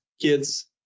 kids